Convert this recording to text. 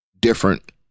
different